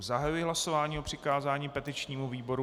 Zahajuji hlasování o přikázání petičnímu výboru.